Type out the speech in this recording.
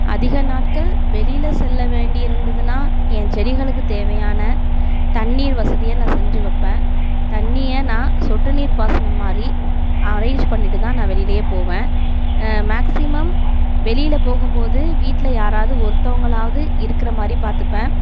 அதிக நாட்கள் வெளியில் செல்ல வேண்டி இருந்ததுன்னால் என் செடிகளுக்கு தேவையான தண்ணீர் வசதியை நான் செஞ்சு வைப்பேன் தண்ணியை நான் சொட்டு நீர் பாசனம் மாதிரி அரேஞ்ச் பண்ணிவிட்டு தான் நான் வெளியிலேயே போவேன் மேக்ஸிமம் வெளியில் போகும்போது வீட்டில் யாராவது ஒருத்தவங்களாவது இருக்கிற மாதிரி பார்த்துப்பேன்